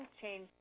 change